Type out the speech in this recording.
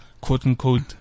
quote-unquote